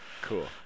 cool